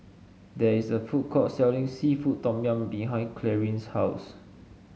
there is a food court selling seafood Tom Yum behind Clarine's house